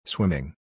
Swimming